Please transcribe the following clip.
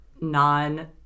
non